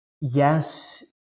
yes